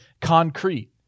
concrete